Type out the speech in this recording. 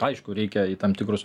aišku reikia į tam tikrus